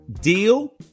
deal